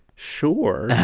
sure.